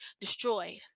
destroyed